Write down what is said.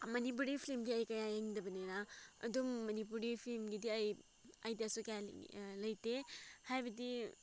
ꯃꯅꯤꯄꯨꯔꯤ ꯐꯤꯂꯝꯗꯤ ꯑꯩ ꯀꯌꯥ ꯌꯦꯡꯗꯕꯅꯤꯅ ꯑꯗꯨꯝ ꯃꯅꯤꯄꯨꯔꯤ ꯐꯤꯂꯝꯒꯤꯗꯤ ꯑꯩ ꯑꯥꯏꯗꯤꯌꯥꯁꯨ ꯀꯌꯥ ꯂꯩꯇꯦ ꯍꯥꯏꯕꯗꯤ